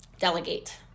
Delegate